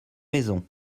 maison